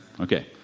Okay